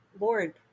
Lord